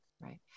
Right